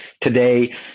today